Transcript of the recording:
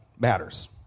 Matters